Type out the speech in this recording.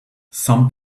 some